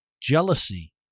jealousy